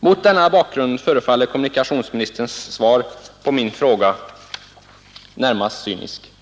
Mot denna bakgrund förefaller kommunikationsministerns svar på min fråga nästan cyniskt.